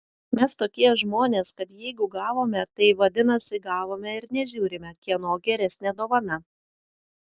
mes tokie žmonės kad jeigu gavome tai vadinasi gavome ir nežiūrime kieno geresnė dovana